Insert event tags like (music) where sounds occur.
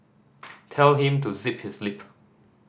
(noise) tell him to zip his lip